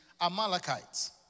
Amalekites